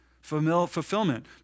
fulfillment